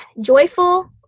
joyful